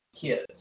kids